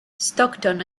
stockton